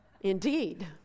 indeed